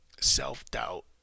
self-doubt